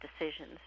decisions